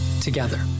together